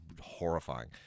horrifying